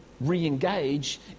re-engage